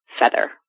feather